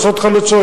עושה אותך לצועק.